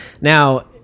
Now